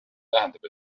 tähendab